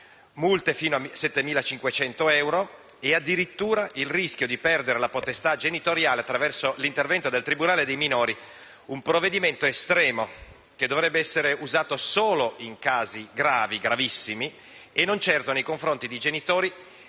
multe fino 7.500 euro e, addirittura, il rischio di perdere la potestà genitoriale, attraverso l'intervento del tribunale per i minorenni, con un provvedimento estremo, che dovrebbe essere usato solo in casi gravissimi e non certo nei confronti di genitori,